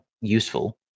useful